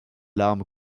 larmes